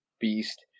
beast